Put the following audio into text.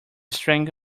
strength